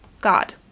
God